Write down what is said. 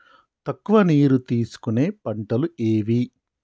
తక్కువ నీరు తీసుకునే పంటలు ఏవి?